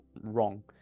wrong